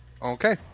Okay